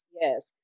Yes